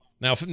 Now